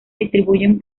distribuyen